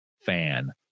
fan